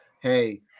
hey